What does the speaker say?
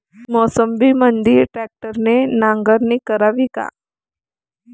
मोसंबीमंदी ट्रॅक्टरने नांगरणी करावी का?